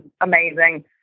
amazing